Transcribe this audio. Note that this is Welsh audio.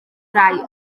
rai